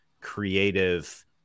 creative